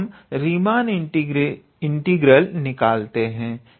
तो हम Riemann integral निकालते हैं